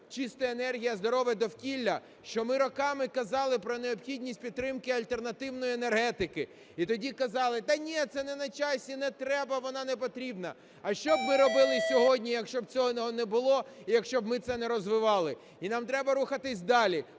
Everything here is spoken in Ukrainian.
"Чиста енергія – здорове довкілля", що ми роками казали про необхідність підтримки альтернативної енергетики. І тоді казали: да нє, це не на часі, не треба, вона не потрібна. А що б ми робили сьогодні, якщо б цього не було і якщо б ми це не розвивали? І нам треба рухатись далі,